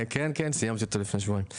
כן כן סיימתי אותו לפני שבועיים,